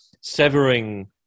severing